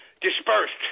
dispersed